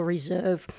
Reserve